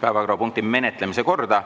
päevakorrapunkti menetlemise korda.